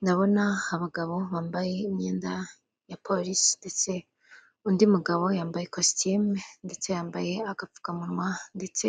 Ndabona abagabo bambaye imyenda ya porisi (police) ndetse undi mugabo yambaye ikositimu ndetse yambaye agapfukamunwa ndetse